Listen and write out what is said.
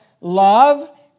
love